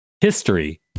History